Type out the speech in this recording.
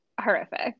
horrific